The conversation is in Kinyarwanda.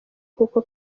kuko